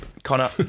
Connor